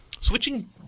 switching